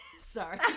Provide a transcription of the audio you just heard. Sorry